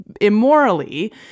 immorally